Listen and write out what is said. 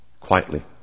quietly